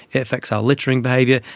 it affects our littering behaviour.